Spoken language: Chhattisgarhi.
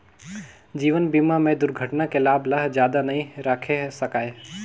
जीवन बीमा में दुरघटना के लाभ ल जादा नई राखे सकाये